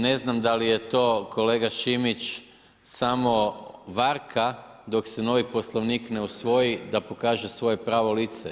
Ne znam da li je to kolega Šimić samo varka dok se novi Poslovnik ne usvoji da pokaže svoje pravo lice.